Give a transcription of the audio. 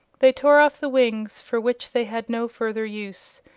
they tore off the wings, for which they had no further use,